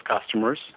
customers